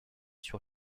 sur